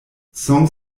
song